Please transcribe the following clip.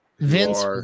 Vince